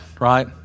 Right